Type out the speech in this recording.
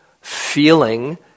feeling